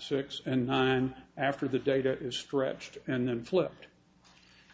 six and nine after the data is stretched and flipped